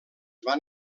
van